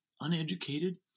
uneducated